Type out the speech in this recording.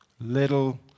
little